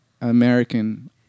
American